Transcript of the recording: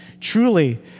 Truly